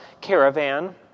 caravan